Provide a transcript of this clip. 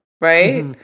right